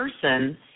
person